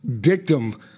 dictum